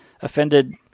offended